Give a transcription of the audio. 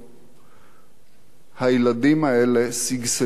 הילדים האלה שגשגו תחת ניצוחך.